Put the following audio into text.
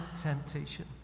temptation